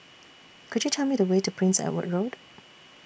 Could YOU Tell Me The Way to Prince Edward Road